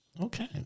Okay